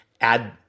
add